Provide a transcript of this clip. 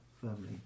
firmly